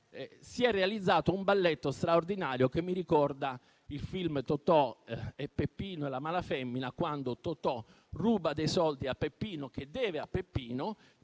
si è realizzato un balletto straordinario, che mi ricorda il film "Totò, Peppino e la malafemmina", quando Totò ruba a Peppino dei soldi, che deve a Peppino,